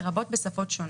לרבות בשפות שונות.